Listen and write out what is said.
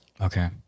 Okay